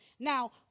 Now